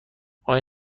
آیا